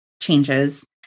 changes